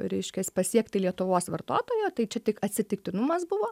reiškias pasiekti lietuvos vartotojo tai čia tik atsitiktinumas buvo